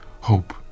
hope